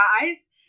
guys